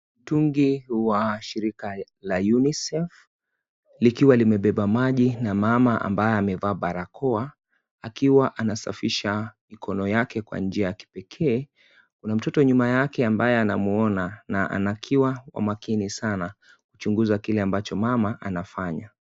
Mtungi wa shirika la UNICEF likiwa limebeba maji na mama ambaye amevaa barakoa akiwa anasafisha mikono yake kwa njia ya kipekee kuna mtoto nyuma yake ambaye anamwona na akiwa kwa makini sana kuchunguza kile ambacho mama anafanya.